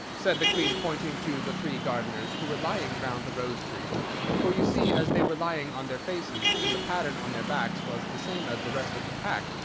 said the queen, pointing to the three gardeners who were lying round the rose-tree for, you see, as they were lying on their faces, and the pattern on their backs was the same as the rest of the pack,